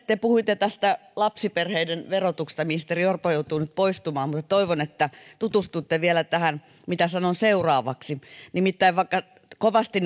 te puhuitte lapsiperheiden verotuksesta ministeri orpo joutuu nyt poistumaan mutta toivon että tutustutte vielä tähän mitä sanon seuraavaksi nimittäin vaikka kovasti